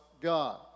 God